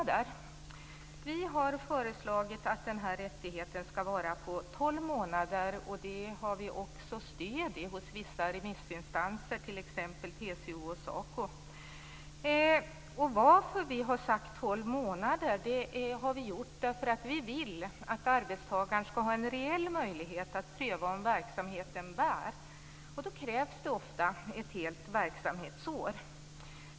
Vänsterpartiet har föreslagit att rättigheten skall gälla i tolv månader. Vissa remissinstanser stöder också detta, t.ex. TCO och SACO. Vi har sagt tolv månader därför att vi vill att arbetstagaren skall ha en reell möjlighet att pröva om verksamheten bär. Då krävs ofta ett helt verksamhetsår.